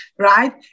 right